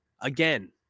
again